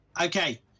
Okay